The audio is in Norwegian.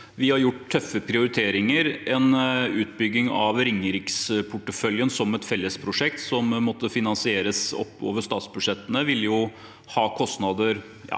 Vi har gjort tøffe prioriteringer. En utbygging av Ringeriksporteføljen som et fellesprosjekt som måtte finansieres over statsbudsjettene,